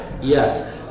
Yes